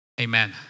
Amen